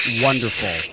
wonderful